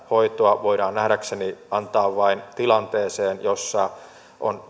hoitoa voidaan nähdäkseni antaa vain tilanteeseen jossa on